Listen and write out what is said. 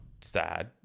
sad